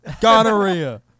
Gonorrhea